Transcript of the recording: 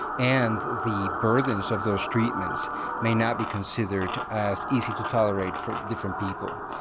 and the burdens of those treatments may not be considered as easy to tolerate for different people.